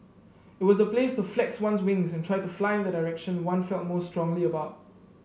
it was a place to flex one's wings and try to fly in the direction one felt most strongly about